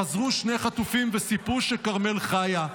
חזרו שני חטופים וסיפרו שכרמל חיה.